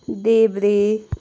देब्रे